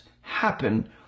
happen